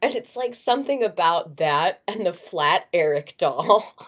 and it's like something about that and the flat eric doll